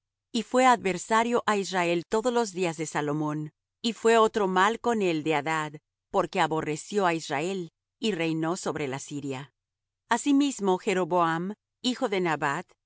y fué adversario á israel todos los días de salomón y fué otro mal con el de adad porque aborreció á israel y reinó sobre la siria asimismo jeroboam hijo de nabat